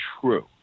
true